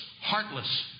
heartless